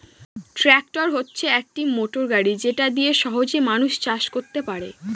tractor হচ্ছে একটি motor গাড়ি যেটা দিয়ে সহজে মানুষ চাষ করতে পারে